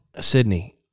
Sydney